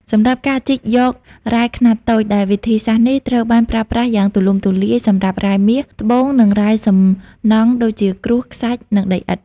សម្រាប់ការជីកយករ៉ែខ្នាតតូច ដែលវិធីសាស្ត្រនេះត្រូវបានប្រើប្រាស់យ៉ាងទូលំទូលាយសម្រាប់រ៉ែមាស ត្បូង និងរ៉ែសំណង់ដូចជា ក្រួស ខ្សាច់ និងដីឥដ្ឋ។